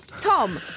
Tom